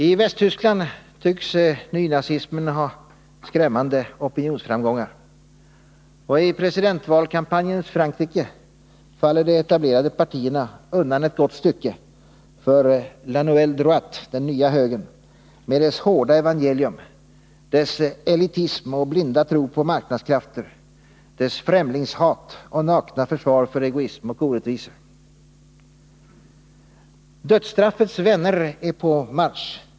I Västtyskland tycks nynazismen ha skrämmande opinionsframgångar, och i presidentvalskampanjens Frankrike faller de etablerade partierna undan ett gott stycke för ”la nouvelle droite”, den nya högern, med dess hårda evangelium, dess elitism och blinda tro på marknadskrafter, dess främlingshat och nakna försvar för egoism och orättvisor. Dödsstraffets vänner är på marsch.